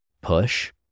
push